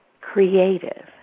creative